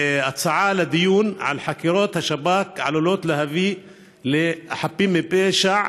הצעה לדיון על חקירות שב"כ שעלולות להביא להפללת חפים מפשע.